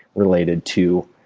related to